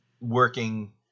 working